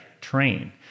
train